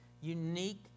unique